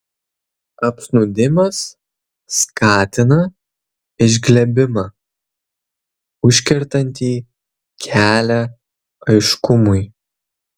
apsnūdimas skatina išglebimą užkertantį kelią aiškumui